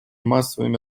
массовыми